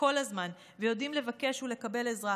כל הזמן ויודעים לבקש ולקבל עזרה,